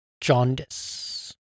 jaundice